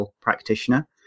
practitioner